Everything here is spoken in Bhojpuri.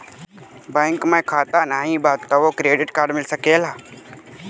बैंक में खाता नाही बा तबो क्रेडिट कार्ड मिल सकेला?